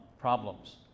problems